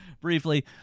Briefly